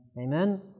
Amen